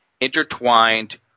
intertwined